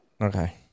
Okay